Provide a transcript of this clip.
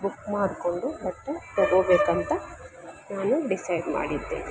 book ಮಾಡ್ಕೊಂಡು ಬಟ್ಟೆ ತೊಗೋಬೇಕುಂತ ನಾನು ಡಿಸೈಡ್ ಮಾಡಿದ್ದೇನೆ